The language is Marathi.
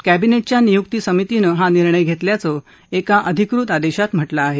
कॅबिनेटच्या नियुक्ती समितीनं हा निर्णय घेतल्याचं एका अधिकृत आदेशात म्हटलं आहे